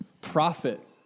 profit